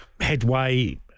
headway